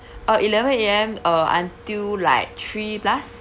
uh eleven A_M uh until like three plus